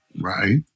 Right